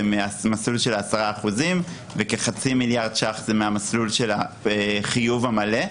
ממסלול של 10% וכחצי מיליארד שקל זה מהמסלול של החיוב המלא,